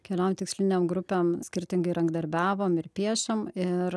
keliom tikslinėm grupėm skirtingai rankdarbiavom ir priešėm ir